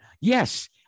Yes